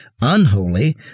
unholy